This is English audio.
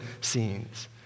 scenes